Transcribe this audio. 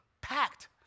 packed